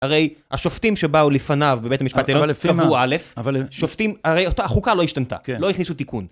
הרי השופטים שבאו לפניו בבית המשפט העליון קבעו א', שופטים, הרי החוקה לא השתנתה, לא הכניסו תיקון.